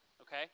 okay